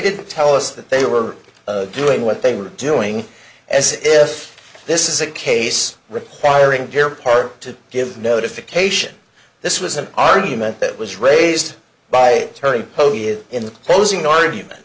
didn't tell us that they were doing what they were doing as if this is a case replier in deer park to give notification this was an argument that was raised by terry in the closing argument